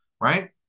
right